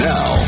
Now